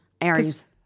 Aries